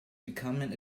becoming